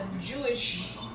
Jewish